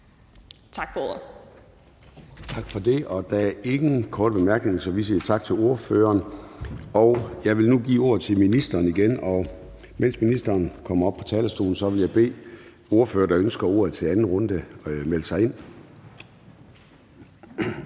Tak for ordet.